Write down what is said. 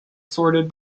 sorted